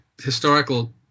historical